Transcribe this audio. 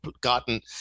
gotten